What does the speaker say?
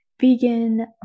vegan